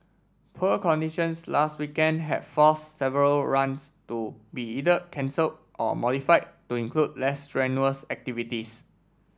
poor conditions last weekend had forced several runs to be either cancelled or modified to include less strenuous activities